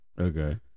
okay